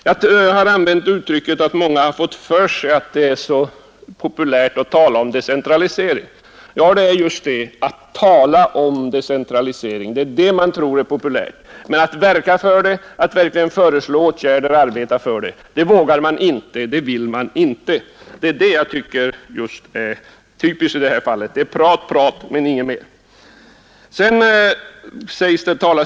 Jag har använt uttrycket att många ”fått för sig” att det är populärt att ”tala om” decentralisering. Jag menar därmed att man just bara talar och inte föreslår några åtgärder. Det är typiskt också för denna reservation; det är prat och prat men ingenting mer.